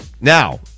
Now